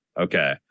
okay